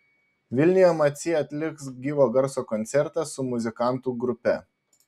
vilniuje macy atliks gyvo garso koncertą su muzikantų grupe